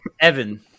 Evan